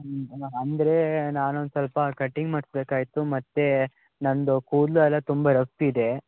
ಹ್ಞೂ ಅಲ್ಲ ಅಂದರೆ ನಾನು ಒಂದು ಸ್ವಲ್ಪ ಕಟ್ಟಿಂಗ್ ಮಾಡಿಸ್ಬೇಕಾಯಿತ್ತು ಮತ್ತೆ ನನ್ನದು ಕೂದಲು ಎಲ್ಲ ತುಂಬ ರಫ್ ಇದೆ